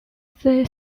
they